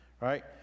right